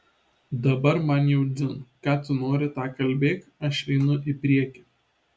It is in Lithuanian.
dabar man jau dzin ką tu nori tą kalbėk aš einu į priekį